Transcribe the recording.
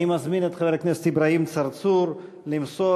אני מזמין את חבר הכנסת אברהים צרצור למסור